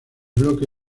bloque